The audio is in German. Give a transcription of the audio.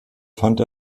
fand